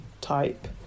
type